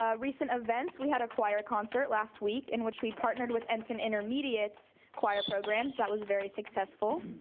ah recent events, we had a choir concert last week, in which we partnered with ensign intermediates choir programs. that was very successful,